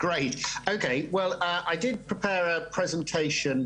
(מדבר בשפה האנגלית, להלן תרגום חופשי)